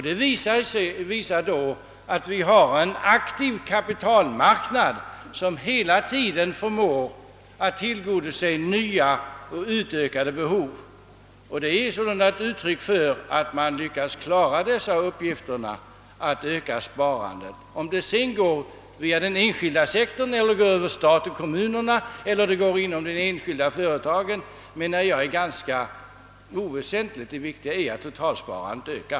Detta visar att vi har en aktiv kapitalmarknad, som hela tiden förmår tillgodose nya och utökade behov. Det är sålunda ett uttryck för att man lyckats klara uppgiften att öka sparandet. Om detta sedan går via den enskilda sektorn, stat och kommun eller de enskilda företagen, är enligt min mening ganska oväsentligt. Det viktiga är att totalsparandet ökar.